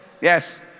Yes